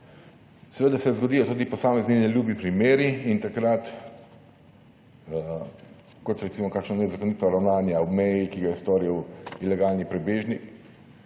Seveda se zgodijo tudi posamezni neljubi primeri, kot so, recimo, kakšna nezakonita ravnanja ob meji, ki ga je storil ilegalni prebežnik,